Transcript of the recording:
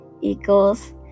equals